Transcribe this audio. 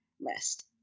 list